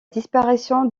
disparition